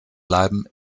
bleiben